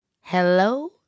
Hello